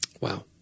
Wow